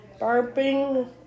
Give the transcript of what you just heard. barping